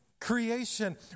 creation